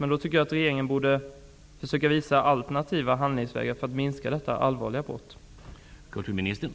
Men jag tycker att regeringen borde visa alternativa handlingsvägar för att minska omfattningen av detta allvarliga brott.